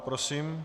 Prosím.